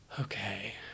Okay